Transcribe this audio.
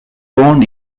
born